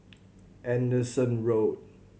Anderson Road